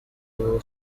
ubu